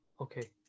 okay